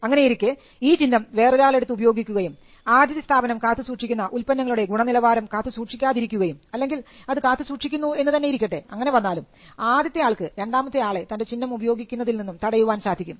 അങ്ങനെയിരിക്കെ ഈ ചിഹ്നം വേറൊരാൾ എടുത്ത് ഉപയോഗിക്കുകയും ആദ്യത്തെ സ്ഥാപനം കാത്തുസൂക്ഷിക്കുന്ന ഉല്പന്നങ്ങളുടെ ഗുണനിലവാരം കാത്തുസൂക്ഷിക്കാതിരിക്കുകയും അല്ലെങ്കിൽ അത് കാത്തുസൂക്ഷിക്കുന്നു എന്ന് തന്നെ ഇരിക്കട്ടെ അങ്ങനെ വന്നാലും ആദ്യത്തെ ആൾക്ക് രണ്ടാമത്തെ ആളെ തൻറെ ചിഹ്നം ഉപയോഗിക്കുന്നതിൽ നിന്നും തടയുവാൻ സാധിക്കും